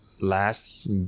Last